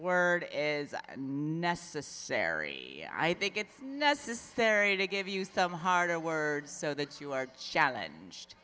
word is a necessary i think it's necessary to give you some harder words so that you are challenge